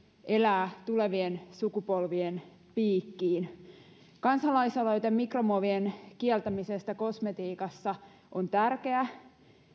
elää tulevien sukupolvien piikkiin kansalaisaloite mikromuovien kieltämisestä kosmetiikassa on tärkeä